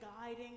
guiding